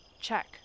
check